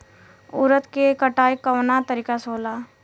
उरद के कटाई कवना तरीका से होला?